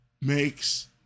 makes